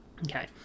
Okay